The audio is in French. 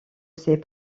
ses